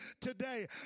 today